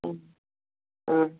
ହୁଁ ହଁ